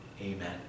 Amen